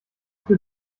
für